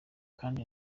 kandi